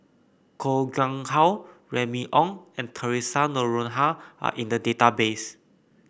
Koh Nguang How Remy Ong and Theresa Noronha are in the database